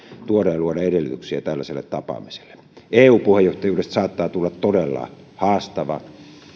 tuoda ja luoda edellytyksiä tällaiselle tapaamiselle eu puheenjohtajuudesta saattaa tulla todella haastava